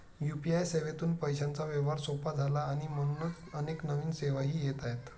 UPI सेवेतून पैशांचा व्यवहार सोपा झाला आणि म्हणूनच अनेक नवीन सेवाही येत आहेत